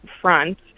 Front